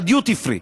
הדיוטי פרי,